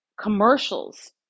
commercials